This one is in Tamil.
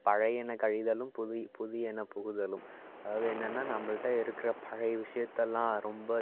பழையன கழிதலும் புதிய புதியன புகுதலும் அதாவது என்னென்னா நம்மள்ட்ட இருக்கிற பழைய விஷயத்தல்லாம் ரொம்ப மே